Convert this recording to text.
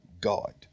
God